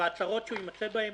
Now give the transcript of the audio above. והצרות שהוא יימצא בהן